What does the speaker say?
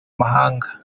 mahanga